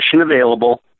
available